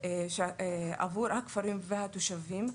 עבור הכפרים והתושבים,